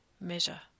measure